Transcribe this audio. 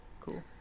Cool